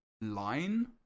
line